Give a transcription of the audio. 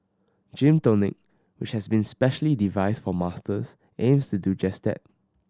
Gym Tonic which has been specially devised for Masters aims to do just that